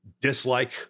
dislike